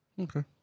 Okay